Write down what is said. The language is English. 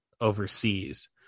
Overseas